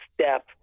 step